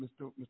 Mr